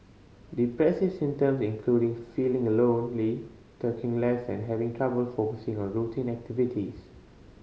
depressive symptom including feeling a lonely talking less and having trouble focusing on routine activities